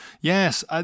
Yes